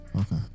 Okay